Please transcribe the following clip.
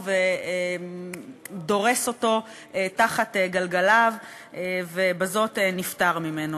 ודורס אותו תחת גלגליו ובזאת נפטר ממנו.